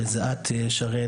שזה את שרן,